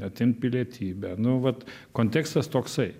atimt pilietybę nu vat kontekstas toksai